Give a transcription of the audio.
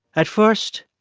at first,